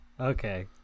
Okay